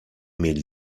mieli